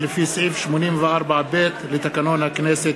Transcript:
מ/768, לפי סעיף 84(ב) לתקנון הכנסת.